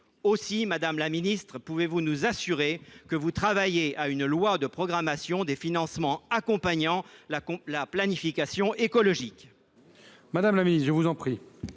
les élus locaux. Pouvez vous nous assurer que vous travaillez à une loi de programmation des financements accompagnant la planification écologique ?